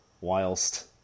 whilst